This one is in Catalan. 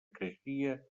creixia